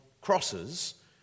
crosses